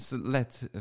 let